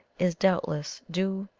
is doubtless due,